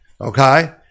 okay